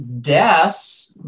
death